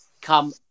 come